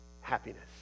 happiness